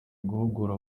guhugura